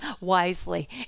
wisely